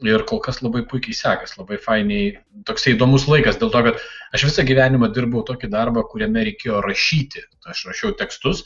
ir kol kas labai puikiai sekasi labai fainiai toksai įdomus laikas dėl to kad aš visą gyvenimą dirbau tokį darbą kuriame reikėjo rašyti aš rašiau tekstus